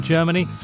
Germany